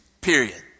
period